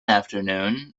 afternoon